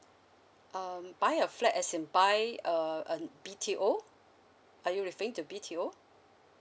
um buy a flat as in buy a um B_T_O are you referring to B_T_O